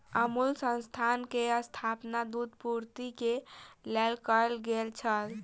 अमूल संस्थान के स्थापना दूध पूर्ति के लेल कयल गेल छल